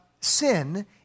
sin